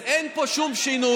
אז אין פה שום שינוי.